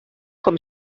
com